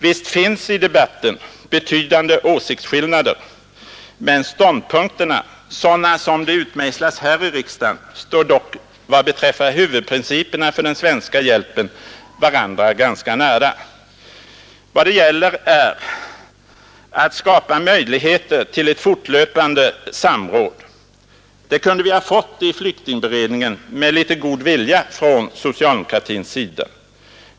Visst finns i debatten betydande åsiktsskillnader, men ståndpunkterna, sådana som de utmejslas här i riksdagen, står dock vad beträffar huvudprinciperna för den svenska hjälpen varandra ganska nära. Vad det gäller är att skapa möjligheter till ett fortlöpande samråd. Det kunde vi ha fått i flyktingberedningen med litet god vilja från socialdemokratins sida.